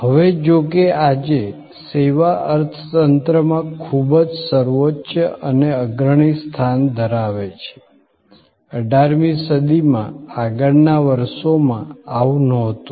હવે જો કે આજે સેવા અર્થતંત્રમાં ખૂબ જ સર્વોચ્ચ અને અગ્રણી સ્થાન ધરાવે છે 18મી સદીમાં આગળનાવર્ષોમાં આવું નહોતું